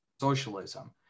socialism